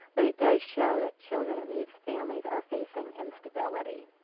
but it does show that children in these families are facing instability.